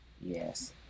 Yes